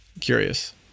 Curious